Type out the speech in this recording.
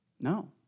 No